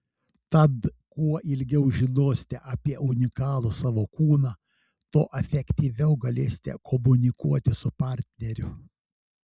tad kuo daugiau žinosite apie unikalų savo kūną tuo efektyviau galėsite komunikuoti su partneriu